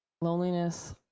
loneliness